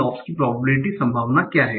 laughs की probability संभावना क्या है